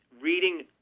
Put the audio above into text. Reading